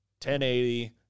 1080